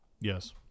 yes